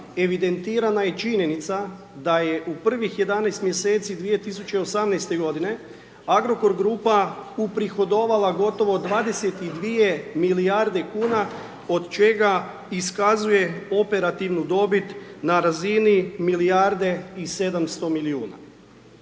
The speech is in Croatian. evidentirana je činjenica da je u prvih 11 mjeseci 2018. g. Agrokor Grupa uprihodovali gotovo 22 milijarde kuna, od čega iskazuje operativnu dobit na razini milijarde i 700 milijuna.